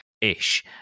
ish